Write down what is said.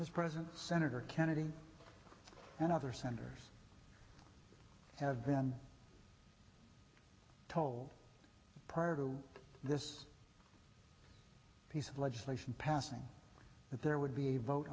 this present senator kennedy and other senators have been told prior to this piece of legislation passing that there would be a vote